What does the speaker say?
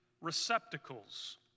receptacles